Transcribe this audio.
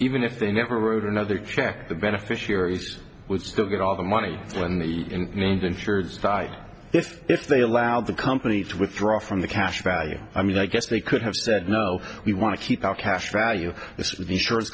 even if they never wrote another check the beneficiaries would still get all the money when the names insurers side if they allowed the company to withdraw from the cash value i mean i guess they could have said no we want to keep our cash value of insurance